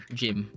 gym